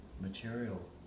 material